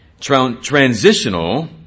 transitional